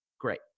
Great